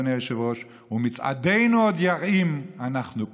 אדוני היושב-ראש: ומצעדנו עוד ירעים: אנחנו פה.